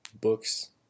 books